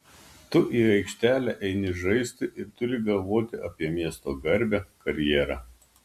tu į aikštelę eini žaisti ir turi galvoti apie miesto garbę karjerą